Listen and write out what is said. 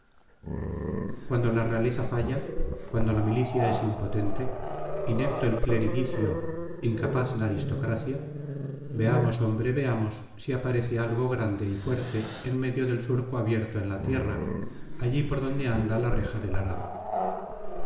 cuando la realeza falla cuando la milicia es impotente inepto el cleriguicio incapaz la aristocracia veamos hombre veamos si aparece algo grande y fuerte en medio del surco abierto en la tierra allí por donde anda la reja del arado